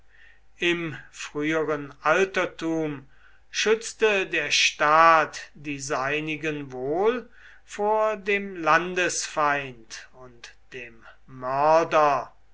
im früheren altertum schützte der staat die seinigen wohl vor dem landesfeind und dem mörder